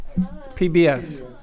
PBS